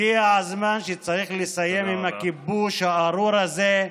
הגיע הזמן לסיים את הכיבוש הארור הזה,